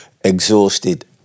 exhausted